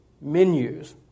menus